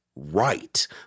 Right